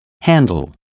handle